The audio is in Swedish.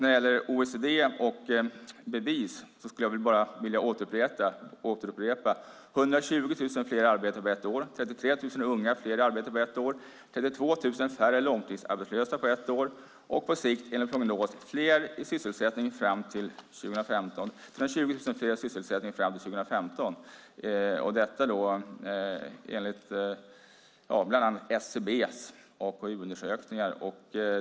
När det gäller OECD och bevis vill jag upprepa att det är 120 000 fler i arbete på ett år, 33 000 unga fler i arbete på ett år, 32 000 färre långtidsarbetslösa på ett år och på sikt enligt prognos 320 000 fler i sysselsättning fram till 2015. Detta är enligt bland annat SCB:s AKU-undersökningar.